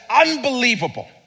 unbelievable